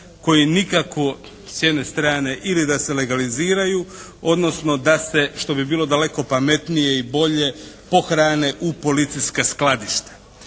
koji nikako s jedne strane ili da se legaliziraju, odnosno da se što bi bilo daleko pametnije i bolje pohrane u policijska skladišta.